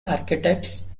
architects